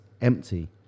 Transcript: empty